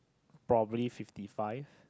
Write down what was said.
probably fifty five